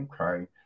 okay